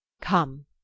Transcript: Come